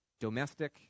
domestic